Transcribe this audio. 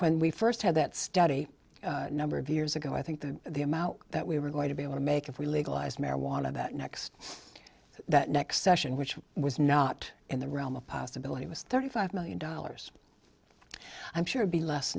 when we first had that study a number of years ago i think that the amount that we were going to be able to make if we legalized marijuana that next that next session which was not in the realm of possibility was thirty five million dollars i'm sure to be less